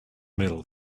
middle